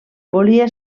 volia